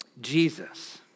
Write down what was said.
Jesus